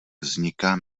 vzniká